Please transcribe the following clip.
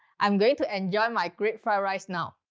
i'm going to enjoy my great fried rice now.